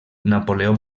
napoleó